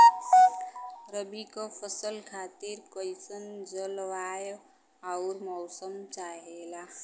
रबी क फसल खातिर कइसन जलवाय अउर मौसम चाहेला?